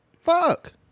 fuck